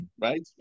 Right